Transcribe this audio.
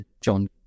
John